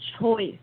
choice